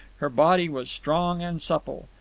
her body was strong and supple.